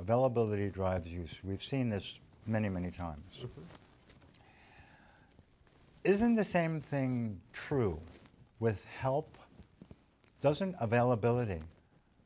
availability to drive you should we've seen this many many times isn't the same thing true with help doesn't availability